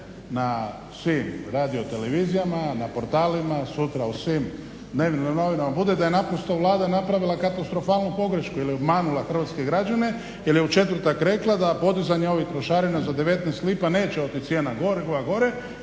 na svim radio televizijama, na portalima, sutra u svim dnevnim novinama bude da je naprosto Vlada napravila katastrofalnu pogrešku jer je obmanula hrvatske građane, jer je u četvrtak rekla da podizanje ovih trošarina za 19 lipa neće otići cijena goriva gore, jer